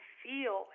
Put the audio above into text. feel